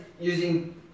using